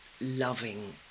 loving